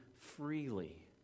freely